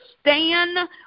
stand